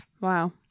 Wow